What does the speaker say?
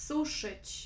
Suszyć